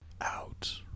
Out